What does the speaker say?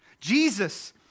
Jesus